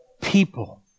people